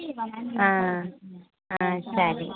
సరే